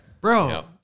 Bro